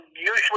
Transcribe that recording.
usually